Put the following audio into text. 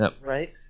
right